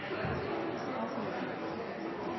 så det er